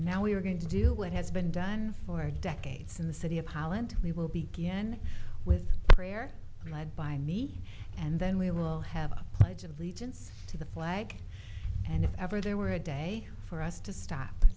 now we are going to do what has been done for decades in the city of holland we will begin with prayer led by me and then we will have a pledge allegiance to the flag and if ever there were a day for us to stop